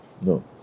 no